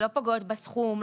שלא פוגעות בסכום,